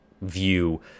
view